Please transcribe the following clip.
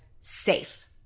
safe